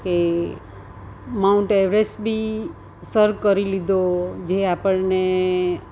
કે Mount Everest બી સર કરી લીધો જે આપણને